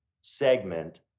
segment